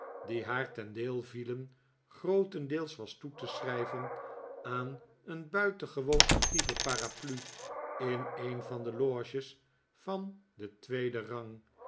die haar ten deel vielen grootendeels was toe te schrijven aan een buitengewoon actieve paraplu in een van de loges van den tweeden rang